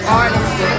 artists